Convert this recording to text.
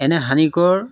এনে হানিকৰ